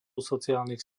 sociálnych